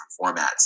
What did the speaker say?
formats